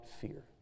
fear